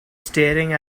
staring